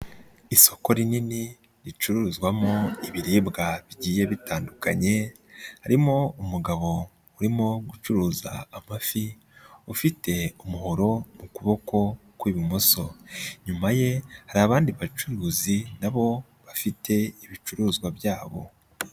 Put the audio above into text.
Isoko rinini ricuruzwamo ibiribwa bigiye bitandukanye, harimo umugabo urimo gucuruza amafi, ufite umuhoro mu kuboko kw'ibumoso, inyuma ye hari abandi bacuruzi nabo bafite ibicuruzwa byabo.